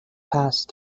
passed